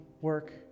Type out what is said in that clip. work